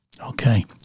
Okay